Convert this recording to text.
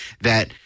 that-